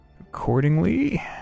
accordingly